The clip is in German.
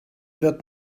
wird